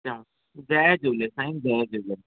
चङो जय झूले साईं जय झूले